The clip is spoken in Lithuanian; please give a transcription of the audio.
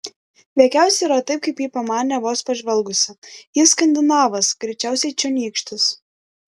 veikiausiai yra taip kaip ji pamanė vos pažvelgusi jis skandinavas greičiausiai čionykštis